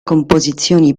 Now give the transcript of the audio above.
composizioni